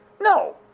No